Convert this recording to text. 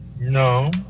No